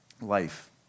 life